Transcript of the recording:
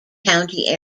county